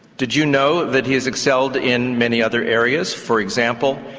did you know that he has excelled in many other areas? for example,